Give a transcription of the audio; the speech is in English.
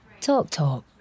TalkTalk